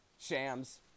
Shams